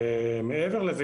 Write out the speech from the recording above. מעבר לזה,